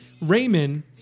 Raymond